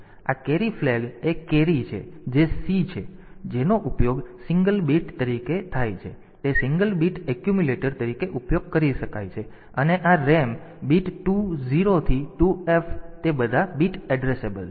તેથી આ carry flag એ કેરી છે જે c છે જેનો ઉપયોગ સિંગલ બીટ તરીકે થાય છે તે સિંગલ બીટ એક્યુમ્યુલેટર તરીકે ઉપયોગ કરી શકાય છે અને આ RAM બીટ 2 0 થી 2 F તેથી તે બધા બીટ એડ્રેસેબલ છે